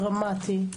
דרמטי.